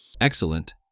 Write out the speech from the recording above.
Excellent